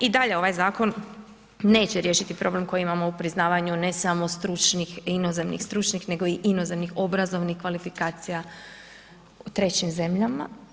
I dalje ovaj zakon neće riješiti problem koji imamo u priznavanju ne samo stručnih inozemnih stručnih nego i inozemnih obrazovnih kvalifikacija u trećim zemljama.